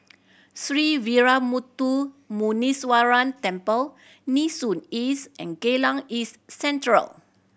Sree Veeramuthu Muneeswaran Temple Nee Soon East and Geylang East Central